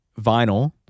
vinyl